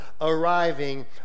arriving